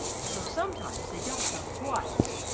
and so sometimes they don't come twice.